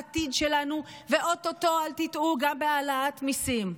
בעתיד שלנו, ואו-טו-טו, אל תטעו, גם בהעלאת מיסים,